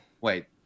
wait